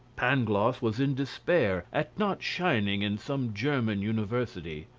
pangloss was in despair at not shining in some german university.